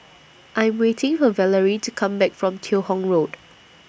I'm waiting For Valerie to Come Back from Teo Hong Road